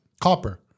copper